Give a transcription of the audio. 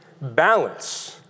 Balance